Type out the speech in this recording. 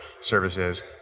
services